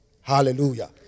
Hallelujah